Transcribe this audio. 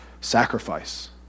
Sacrifice